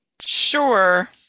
Sure